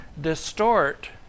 distort